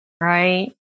right